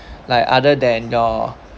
like other than your